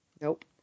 Nope